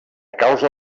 causa